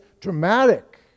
dramatic